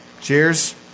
cheers